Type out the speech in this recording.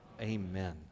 Amen